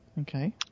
Okay